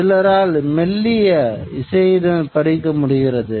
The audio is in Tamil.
சிலரால் மெல்லிய இசையுடன் படிக்க முடிகிறது